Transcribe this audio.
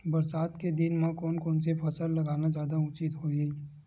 बरसात के दिन म कोन से फसल लगाना जादा उचित होही?